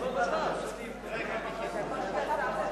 בוועדה שתקבע ועדת הכנסת נתקבלה.